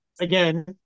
again